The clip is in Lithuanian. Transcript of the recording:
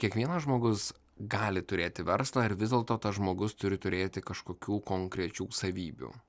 kiekvienas žmogus gali turėti verslą ar vis dėlto tas žmogus turi turėti kažkokių konkrečių savybių